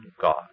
God